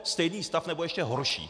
Stejný stav, nebo ještě horší.